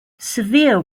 severe